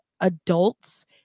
adults